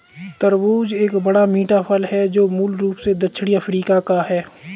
तरबूज एक बड़ा, मीठा फल है जो मूल रूप से दक्षिणी अफ्रीका का है